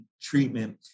treatment